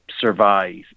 survive